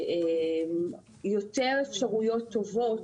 יותר אפשרויות טובות,